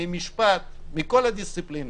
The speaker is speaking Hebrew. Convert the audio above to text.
משפט מכול הדיסציפלינות.